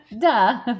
Duh